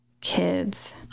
kids